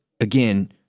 Again